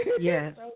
Yes